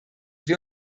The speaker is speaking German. wir